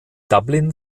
dublin